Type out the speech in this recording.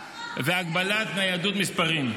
-- מקבל גם לקביעת תאגיד מסוים,